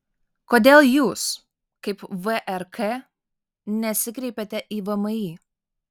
kodėl jūs kaip vrk nesikreipėte į vmi